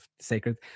sacred